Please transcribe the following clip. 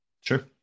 Sure